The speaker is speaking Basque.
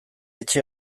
etxe